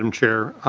um chair.